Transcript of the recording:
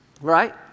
right